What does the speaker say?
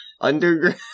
underground